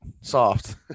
soft